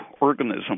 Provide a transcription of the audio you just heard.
organism